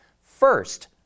First